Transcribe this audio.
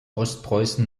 ostpreußen